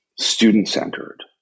student-centered